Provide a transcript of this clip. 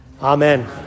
Amen